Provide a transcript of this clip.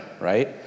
right